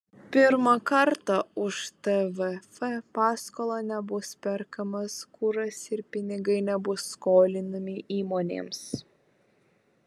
pirmą kartą už tvf paskolą nebus perkamas kuras ir pinigai nebus skolinami įmonėms